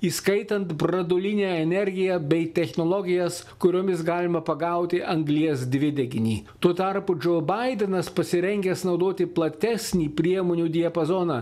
įskaitant branduolinę energiją bei technologijas kuriomis galima pagauti anglies dvideginį tuo tarpu džo baidenas pasirengęs naudoti platesnį priemonių diapazoną